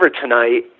tonight